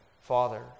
Father